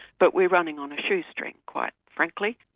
but we're running on a shoestring, quite frankly.